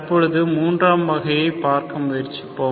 தற்பொழுது மூன்றாம் வகையை பார்க்க முயற்சிப்போம்